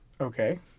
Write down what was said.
Okay